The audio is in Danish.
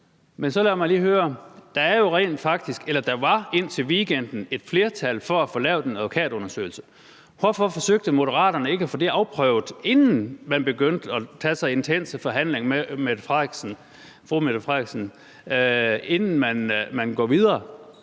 Men så lad mig lige høre: Der var indtil weekenden rent faktisk et flertal for at få lavet en advokatundersøgelse – hvorfor forsøgte Moderaterne ikke at få det afprøvet, inden man begyndte at tage så intense forhandlinger med den fungerende statsminister, altså inden man gik videre?